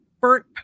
burnt